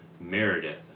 Meredith